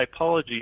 typology